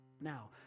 Now